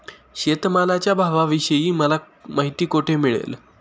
शेतमालाच्या भावाविषयी मला माहिती कोठे मिळेल?